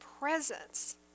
presence